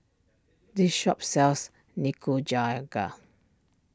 this shop sells Nikujaga